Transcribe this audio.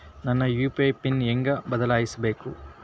ನನ್ನ UPI pin ಹೆಂಗ್ ಬದ್ಲಾಯಿಸ್ಬೇಕು?